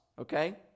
okay